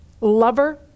lover